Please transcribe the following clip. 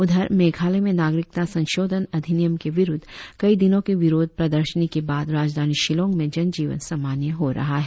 उधर मेघालय में नागरिकता संशोधन अधिनियम के विरुद्ध कई दिनों के विरोध प्रदर्शनी के बाद राजधानी शिलांग में जन जीवन सामान्य हो रहा है